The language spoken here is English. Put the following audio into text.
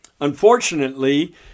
Unfortunately